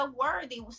worthy